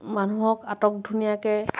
মানুহক আটক ধুনীয়াকৈ